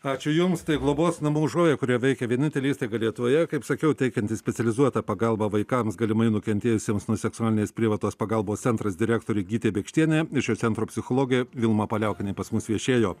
ačiū jums tai globos namų užuovėja kurioje veikia vienintelė įstaiga lietuvoje kaip sakiau teikianti specializuotą pagalbą vaikams galimai nukentėjusiems nuo seksualinės prievartos pagalbos centras direktorė gytė bėkštienė ir šio centro psichologė vilma paliaukienė pas mus viešėjo